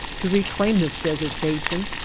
to reclaim this desert basin,